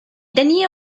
tenía